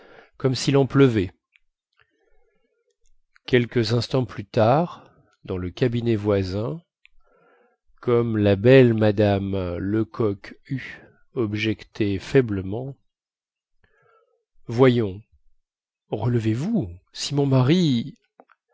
comme sil en pleuvait quelques instants plus tard dans le cabinet voisin comme la belle mme lecoq hue objectait faiblement voyons relevez-vous si mon mari